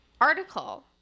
article